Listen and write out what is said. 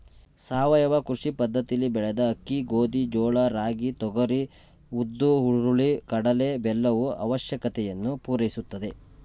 ಸಾವಯವ ಕೃಷಿ ಪದ್ದತಿಲಿ ಬೆಳೆದ ಅಕ್ಕಿ ಗೋಧಿ ಜೋಳ ರಾಗಿ ತೊಗರಿ ಉದ್ದು ಹುರುಳಿ ಕಡಲೆ ಬೆಲ್ಲವು ಅವಶ್ಯಕತೆಯನ್ನು ಪೂರೈಸುತ್ತದೆ